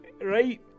right